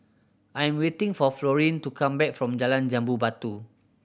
I am waiting for Florene to come back from Jalan Jambu Batu